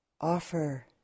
offer